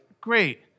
great